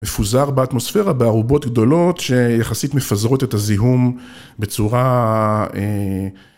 מפוזר באטמוספירה בארובות גדולות, שיחסית מפזרות את הזיהום בצורה...